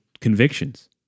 convictions